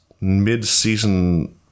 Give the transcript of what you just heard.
mid-season